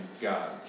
God